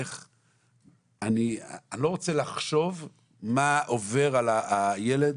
אני לא רוצה לחשוב מה עובר על הילד,